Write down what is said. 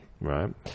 Right